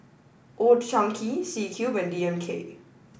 old Chang Kee C Cube and D M K